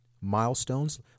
milestones